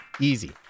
easy